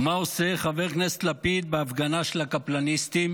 ומה עושה חבר הכנסת לפיד בהפגנה של הקפלניסטים?